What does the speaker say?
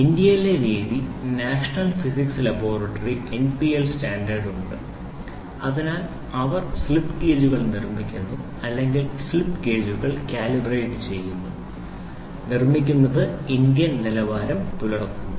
ഇന്ത്യയിലെ രീതി national physics laboratory NPL standard ഉണ്ട് അതിൽ അവർ സ്ലിപ്പ് ഗേജുകൾ നിർമ്മിക്കുന്നു അല്ലെങ്കിൽ സ്ലിപ്പ് ഗേജുകൾ കാലിബ്രേറ്റ് ചെയ്യുന്നു നിർമ്മിക്കുന്നത് ഇന്ത്യൻ നിലവാരം പുലർത്തുന്നു